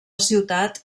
ciutat